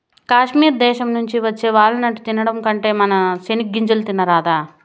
కాశ్మీర్ దేశం నుంచి వచ్చే వాల్ నట్టు తినడం కంటే మన సెనిగ్గింజలు తినరాదా